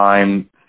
time